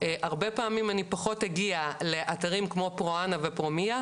הרבה פעמים אני פחות אגיע לאתרים כמו "פרו-אנה" ו"פרו-מיה"